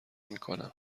میکنم